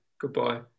Goodbye